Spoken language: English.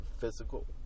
physical